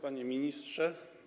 Panie Ministrze!